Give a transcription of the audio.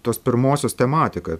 tos pirmosios tematika